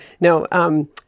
No